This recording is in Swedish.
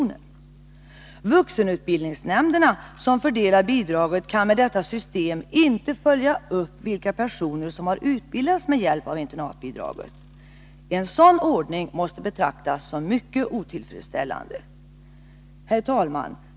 Vuxenutbildningsnämnderna, som fördelar bidraget, kan med detta system inte följa upp vilka personer som har utbildats med hjälp av internatbidraget. En sådan ordning måste betraktas som mycket otillfredsställande. Herr talman!